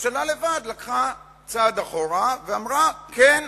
הממשלה לקחה צעד אחורה ואמרה: כן,